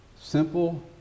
Simple